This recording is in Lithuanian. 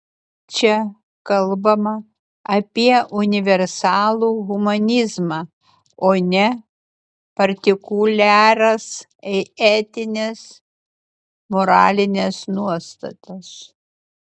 čia kalbama apie universalų humanizmą o ne partikuliaras etines moralines nuostatas